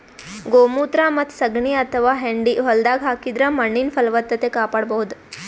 ಗೋಮೂತ್ರ ಮತ್ತ್ ಸಗಣಿ ಅಥವಾ ಹೆಂಡಿ ಹೊಲ್ದಾಗ ಹಾಕಿದ್ರ ಮಣ್ಣಿನ್ ಫಲವತ್ತತೆ ಕಾಪಾಡಬಹುದ್